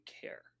care